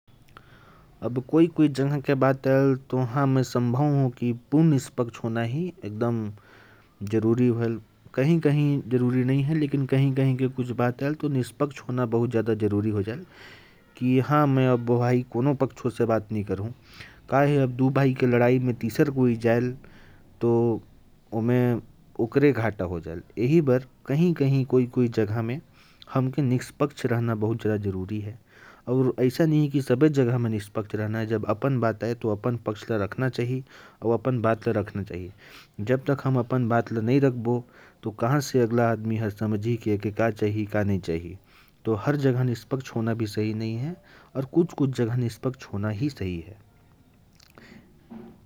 अब, कोई-कोई जगह की बात आए तो मैं निष्पक्ष रहना पसंद करता हूँ। क्योंकि जब दो भाई की लड़ाई होती है, तो तीसरे आदमी के बोलने से उनका नुकसान होता है। और सब जगह निष्पक्ष नहीं रहना चाहिए, कहीं-कहीं अपनी बात भी बोलनी चाहिए।